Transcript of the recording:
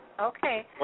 Okay